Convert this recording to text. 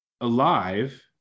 alive